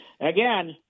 Again –